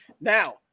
Now